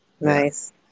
Nice